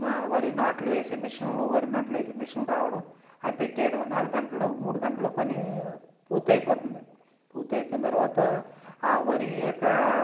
వరి నాట్లు వేసే మెషిన్లు వారి నాట్లు వేసే రావడం అవి పెట్టేయడం నాలుగు గంటల్లో మూడు గంటల్లో పని పూర్తి అయిపోతుంది పూర్తి అయిపోయిన తర్వాత ఆ వరి యొక్క